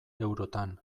eurotan